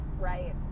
right